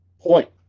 Point